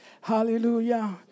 Hallelujah